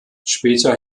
später